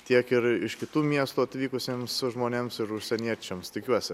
tiek ir iš kitų miestų atvykusiems žmonėms ir užsieniečiams tikiuosi